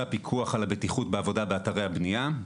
הפיקוח על הבטיחות בעבודה באתרי הבנייה.